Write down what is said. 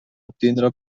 obtindre